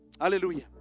Hallelujah